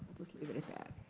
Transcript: just leave it at that.